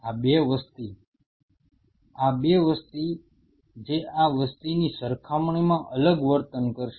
આ 2 વસ્તી આ 2 વસ્તી જે આ વસ્તીની સરખામણીમાં અલગ વર્તન કરશે